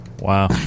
Wow